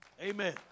Amen